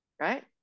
right